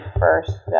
first